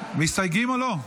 מסתייגים או לא?